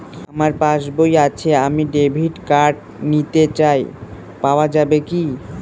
আমার পাসবই আছে আমি ডেবিট কার্ড নিতে চাই পাওয়া যাবে কি?